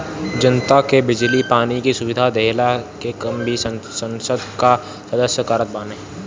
जनता के बिजली पानी के सुविधा देहला के काम भी संसद कअ सदस्य करत बाने